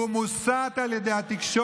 הוא מוסת על ידי התקשורת,